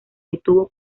detuvo